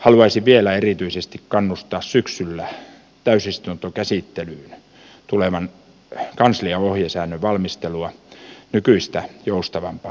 haluaisin vielä erityisesti kannustaa syksyllä täysistuntokäsittelyyn tulevan kanslian ohjesäännön valmistelua nykyistä joustavampaan suuntaan